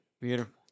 beautiful